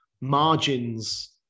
margins